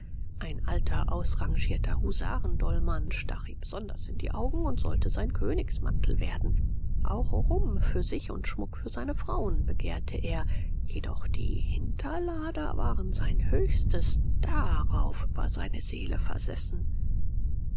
ein alter ausrangierter husarendolman stach ihm besonders in die augen und sollte sein königsmantel werden auch rum für sich und schmuck für seine frauen begehrte er jedoch die hinterlader waren sein höchstes darauf war seine seele versessen